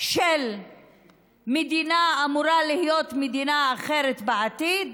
של מדינה, אמורה להיות מדינה אחרת בעתיד,